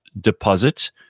deposit